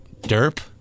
Derp